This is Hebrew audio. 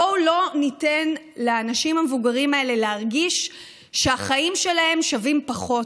בואו לא ניתן לאנשים המבוגרים האלה להרגיש שהחיים שלהם שווים פחות,